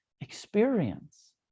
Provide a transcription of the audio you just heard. experience